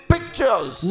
pictures